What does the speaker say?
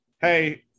Hey